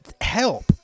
help